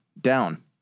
down